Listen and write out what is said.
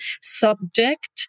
subject